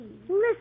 Listen